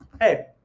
Hey